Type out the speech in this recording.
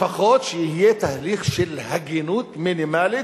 לפחות שיהיה תהליך של הגינות מינימלית.